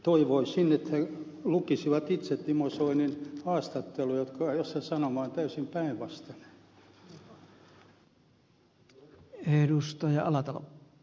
toivoisin että he lukisivat itse puheenjohtaja timo soinin haastattelun jossa sanoma on täysin päinvastainen